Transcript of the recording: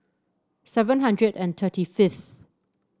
seven hundred and thirty fifth